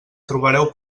trobareu